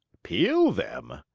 peel them?